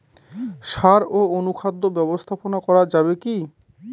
সাড় ও অনুখাদ্য ব্যবস্থাপনা করা যাবে কি?